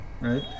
right